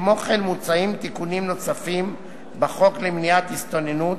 כמו כן מוצעים תיקונים נוספים בחוק למניעת הסתננות,